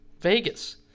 Vegas